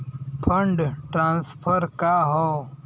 Fund transfer का हव?